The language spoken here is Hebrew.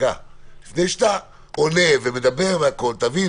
לפני שאתה עונה ומדבר והכול אתה צריך להבין